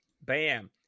Bam